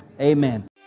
Amen